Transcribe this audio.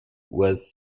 was